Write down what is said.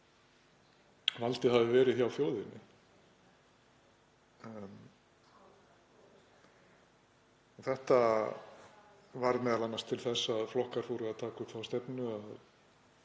valdið hefði verið hjá þjóðinni. Þetta varð m.a. til þess að flokkar fóru að taka upp þá stefnu